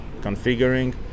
configuring